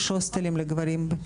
יש הוסטלים לגברים בטיפול.